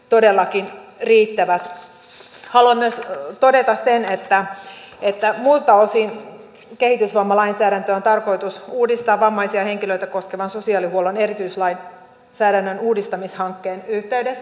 haluan myös todeta sen että muilta osin kehitysvammalainsäädäntöä on tarkoitus uudistaa vammaisia henkilöitä koskevan sosiaalihuollon erityislainsäädännön uudistamishankkeen yhteydessä